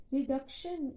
Reduction